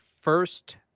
first